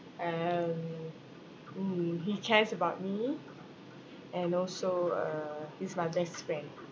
um mm he cares about me and also uh he's my best friend